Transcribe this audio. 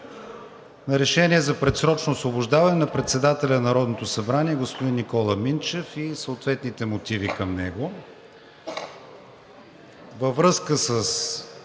ред за предсрочно освобождаване на председателя на Народното събрание господин Никола Минчев и съответните мотиви към него.